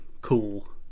cool